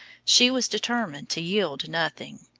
she was determined to yield nothing.